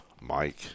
Mike